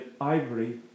ivory